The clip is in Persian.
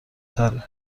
تره